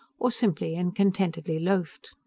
or simply and contentedly loafed.